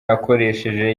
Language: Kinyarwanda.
yakoresheje